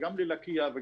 גם ללקייה,